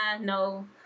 no